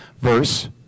verse